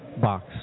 box